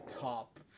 top